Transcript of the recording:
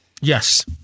Yes